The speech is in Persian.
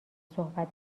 صحبت